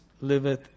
liveth